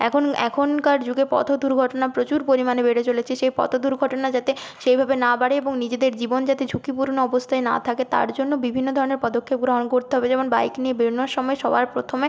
এখন এখনকার যুগে পথ দুর্ঘটনা প্রচুর পরিমাণে বেড়ে চলেছে সেই পথ দুর্ঘটনা যাতে সেইভাবে না বাড়ে এবং নিজেদের জীবন যাতে ঝুঁকিপূর্ণ অবস্থায় না থাকে তার জন্য বিভিন্ন ধরনের পদক্ষেপ গ্রহণ করতে হবে যেমন বাইক নিয়ে বেরোনোর সময় সবার প্রথমে